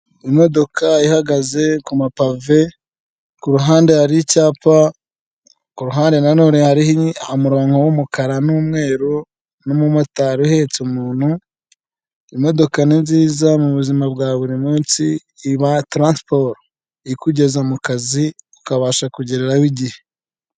Imodoka ihagaze ku mapave ku ruhande hari icyapa ku ruhande hari umurongo w'umukara n'umweru n'umumotari uhetse umuntu. Imodoka ni nziza mu buzima bwa buri munsi iba taransporo, ikugeza mu kazi ukabasha kugererayo igihe.